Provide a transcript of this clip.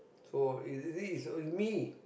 so this i~ i~ is me